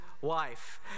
wife